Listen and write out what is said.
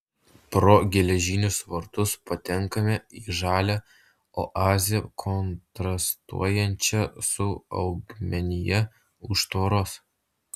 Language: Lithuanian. pro geležinius vartus patenkame į žalią oazę kontrastuojančią su augmenija už tvoros